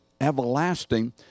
everlasting